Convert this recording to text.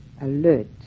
alert